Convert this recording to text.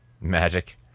magic